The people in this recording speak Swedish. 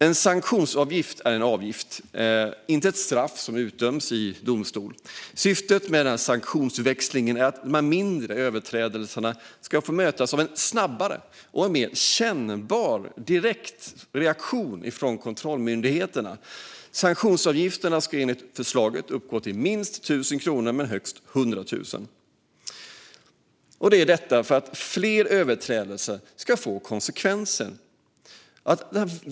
En sanktionsavgift är en avgift, inte ett straff som utdöms i domstol. Syftet med sanktionsväxlingen är att mindre överträdelser ska mötas av en snabbare och mer kännbar reaktion direkt från kontrollmyndigheterna. Sanktionsavgifterna ska enligt förslaget uppgå till minst 1 000 kronor och högst 100 000 kronor. Detta införs för att fler överträdelser ska få konsekvenser.